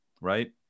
right